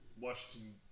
Washington